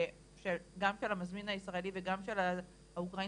גם של המזמין הישראלי וגם של האוקראינים